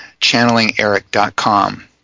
ChannelingEric.com